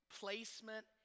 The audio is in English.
placement